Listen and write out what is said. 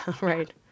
right